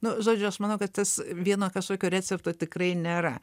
nu žodžiu aš manau kad tas vieno kažkokio recepto tikrai nėra